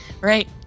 Right